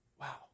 Wow